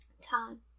time